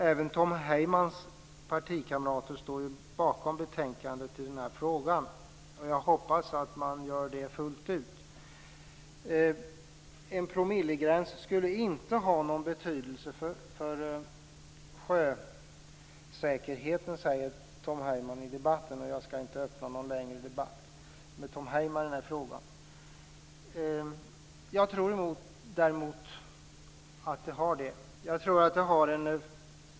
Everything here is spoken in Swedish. Även Tom Heymans partikamrater står ju bakom betänkandet i den här frågan, och jag hoppas att de gör det fullt ut. En promillegräns skulle inte ha någon betydelse för sjösäkerheten, säger Tom Heyman i debatten. Jag skall inte öppna för någon längre debatt med Tom Heyman i frågan. Jag tror däremot att den skulle ha betydelse för sjösäkerheten.